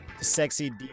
Sexy